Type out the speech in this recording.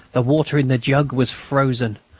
the water in the jug was frozen.